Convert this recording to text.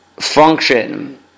Function